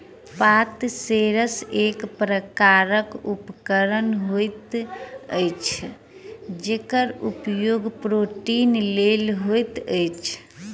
पात सेंसर एक प्रकारक उपकरण होइत अछि जकर प्रयोग पटौनीक लेल होइत अछि